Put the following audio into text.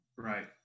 Right